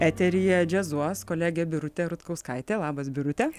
eteryje džiazuos kolegė birutė rutkauskaitė labas birute